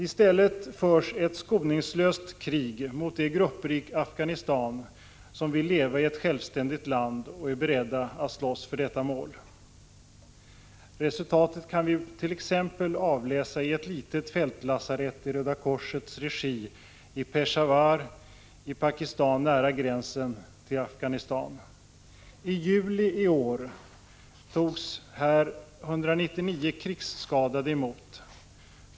I stället förs ett skoningslöst krig mot grupper i Afghanistan som vill leva i ett självständigt land och är beredda att slåss för detta mål. Resultatet kan vi t.ex. avläsa i rapporter från ett litet fältlasarett i Röda korsets regi i Peshawar i Pakistan, nära gränsen till Afghanistan. I juli i år togs här emot 199 krigsskadade.